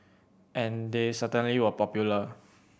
and they certainly were popular